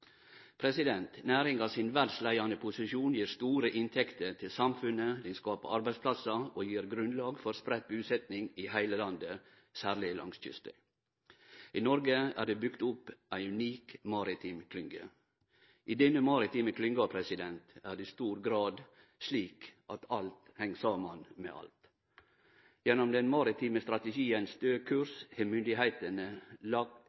Næringa sin verdsleiande posisjon gir store inntekter til samfunnet, skapar arbeidsplassar og gir grunnnlag for spreidd busetting i heile landet, særleg langs kysten. I Noreg er det bygd opp ei unik maritim klynge. I denne maritime klynga er det i stor grad slik at alt heng saman med alt. Gjennom den maritime strategien